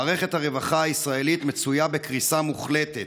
מערכת הרווחה הישראלית מצויה בקריסה מוחלטת.